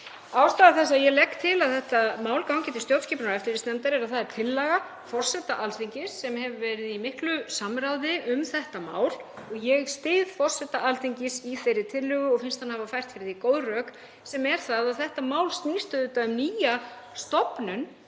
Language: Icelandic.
Ástæða þess að ég legg til að þetta mál gangi til stjórnskipunar- og eftirlitsnefndar er að það er tillaga forseta Alþingis, sem hefur verið í miklu samráði um þetta mál. Ég styð forseta Alþingis í þeirri tillögu og finnst hann hafa fært fyrir því góð rök, sem eru þau að þetta mál snýst auðvitað um nýja stofnun